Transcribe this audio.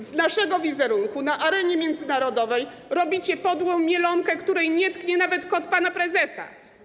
Z naszego wizerunku na arenie międzynarodowej robicie podłą mielonkę, której nie tknie nawet kot pana prezesa.